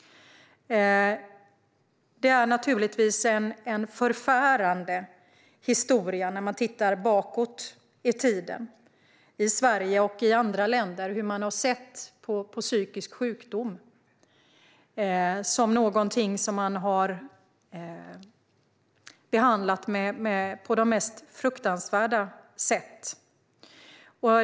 Det är naturligtvis en förfärande historia vi ser när vi tittar bakåt i tiden på hur man i Sverige och andra länder har sett på psykisk sjukdom, som man har behandlat på de mest fruktansvärda sätt.